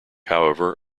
however